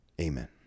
Amen